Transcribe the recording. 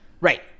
Right